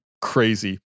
crazy